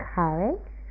courage